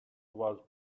was